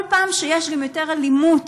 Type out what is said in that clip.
כל פעם שיש גם יותר אלימות,